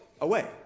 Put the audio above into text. away